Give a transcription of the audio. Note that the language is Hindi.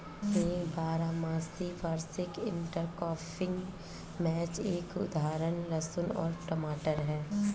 एक बारहमासी वार्षिक इंटरक्रॉपिंग मैच का एक उदाहरण लहसुन और टमाटर है